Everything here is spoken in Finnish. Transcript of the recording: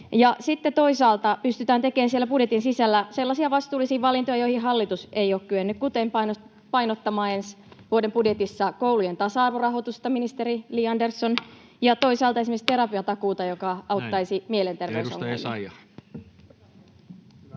toisaalta pystytään tekemään siellä budjetin sisällä sellaisia vastuullisia valintoja, joihin hallitus ei ole kyennyt, kuten painottamaan ensi vuoden budjetissa koulujen tasa-arvorahoitusta, ministeri Li Andersson, ja toisaalta esimerkiksi terapia-takuuta, joka auttaisi mielenterveysongelmia.